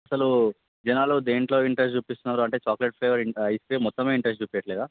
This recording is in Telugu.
అసలు జనాలు దేంట్లో ఇంట్రస్ట్ చుపిస్తున్నారు అంటే చాక్లేట్ ఫ్లేవర్ ఐస్ క్రీమ్ మొత్తం ఇంట్రస్ట్ చూపించట్లేదా